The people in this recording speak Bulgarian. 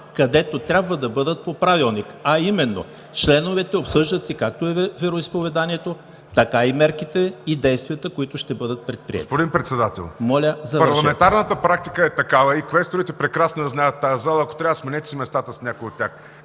където трябва да бъдат по Правилник, а именно членовете, обсъждащи както вероизповеданието, така мерките и действията, които ще бъдат предприети.